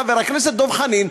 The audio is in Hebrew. חבר הכנסת דב חנין,